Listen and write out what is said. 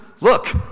look